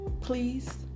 Please